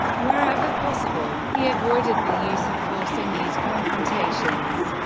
wherever possible, he avoided the use of force in these confrontations.